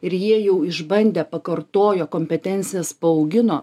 ir jie jau išbandė pakartojo kompetencijas paaugino